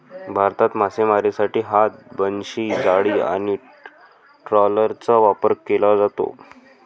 भारतात मासेमारीसाठी हात, बनशी, जाळी आणि ट्रॉलरचा वापर केला जातो